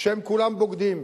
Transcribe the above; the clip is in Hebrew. הם כולם בוגדים.